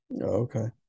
Okay